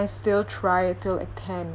I still tried till like ten